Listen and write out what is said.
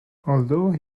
although